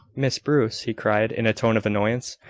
miss bruce! he cried, in a tone of annoyance.